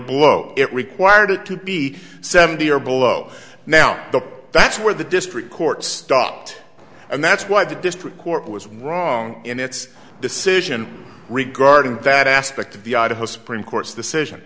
below it required it to be seventy or below now the that's where the district court stopped and that's why the district court was wrong in its decision regarding that aspect of the idaho supreme court's decision